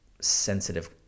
sensitive